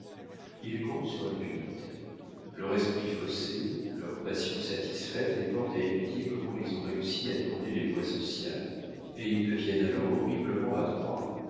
ils comptent sur l'impunité leur esprit faussé leurs passions satisfaites les portent à étudier comment ils ont réussi à tourner les lois sociales et ils deviennent alors horriblement adroits